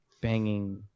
banging